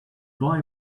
boy